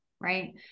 right